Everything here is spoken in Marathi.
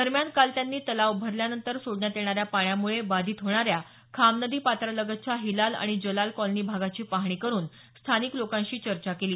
दरम्यान काल त्यांनी तलाव भरल्यानंतर सोडण्यात येणाऱ्या पाण्यामुळे बाधित होणाऱ्या खामनदी पात्रालगतच्या हिलाल आणि जलाल कॉलनी भागाची पाहणी करुन स्थानिक लोकांशी चर्चा केली